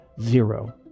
zero